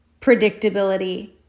predictability